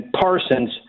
Parsons